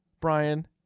Brian